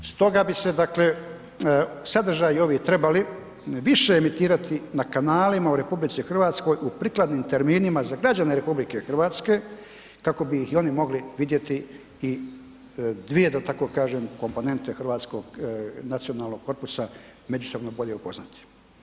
Stoga bi se sadržaji ovi trebali više emitirati na kanalima u RH u prikladnim terminima za građane RH kako bi ih oni mogli vidjeti da tako kažem komponente hrvatskog nacionalnog korpusa međusobno bolje upoznati.